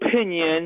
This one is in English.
opinion